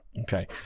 Okay